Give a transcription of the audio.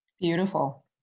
Beautiful